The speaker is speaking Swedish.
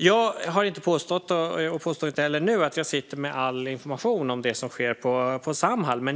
Jag har inte påstått, och påstår inte heller nu, att jag sitter med all information om det som sker på Samhall.